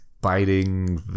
biting